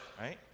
Right